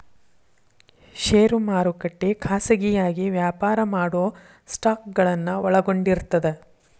ಷೇರು ಮಾರುಕಟ್ಟೆ ಖಾಸಗಿಯಾಗಿ ವ್ಯಾಪಾರ ಮಾಡೊ ಸ್ಟಾಕ್ಗಳನ್ನ ಒಳಗೊಂಡಿರ್ತದ